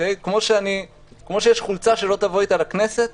כפי שיש חולצה שלא תבוא איתה לכנסת,